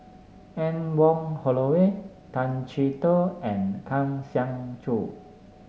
Anne Wong Holloway Tay Chee Toh and Kang Siong Joo